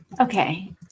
Okay